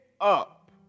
up